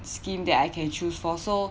scheme that I can choose for so